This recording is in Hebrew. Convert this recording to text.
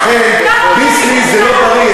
לכן, "ביסלי" זה לא בריא.